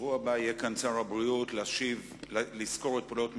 בשבוע הבא יהיה כאן שר הבריאות ויסקור את פעולות משרדו,